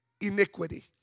iniquity